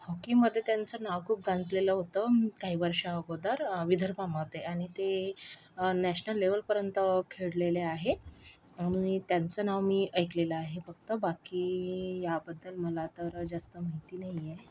हॉकीमध्ये त्यांचं नाव खूप गाजलेलं होतं काही वर्षा अगोदर विदर्भामध्ये आणि ते नॅशनल लेव्हलपर्यंत खेळलेले आहेत मी त्यांचं नाव मी ऐकलेलं आहे फक्त बाकी ह्याबद्दल मला तर जास्त माहिती नाही आहे